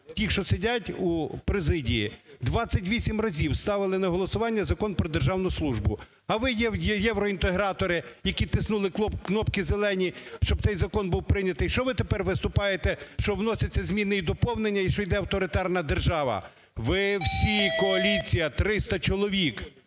тим, що сидять у президії, 28 разів ставили на голосування Закон про державну службу. А ви, євроінтегратори, які тиснули кнопки зелені, щоб цей закон був прийнятий, що ви тепер виступаєте, що вносяться зміни і доповнення і що йде авторитарна держава. Ви всі, коаліція, 300 чоловік,